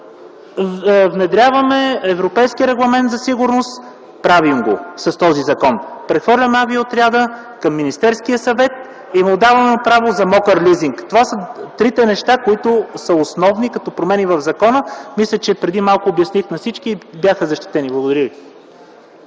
Внедряваме европейски регламент за сигурност. Правим го с този закон. Прехвърляме авиоотряда към Министерския съвет и му даваме право за „мокър лизинг”. Това са трите неща, които са основни като промени в закона. Мисля, че преди малко обясних на всички и те бяха защитени. Благодаря ви.